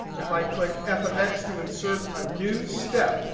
if i click f of x to insert a new step,